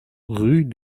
rue